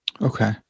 Okay